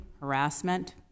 harassment